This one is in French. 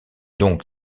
donc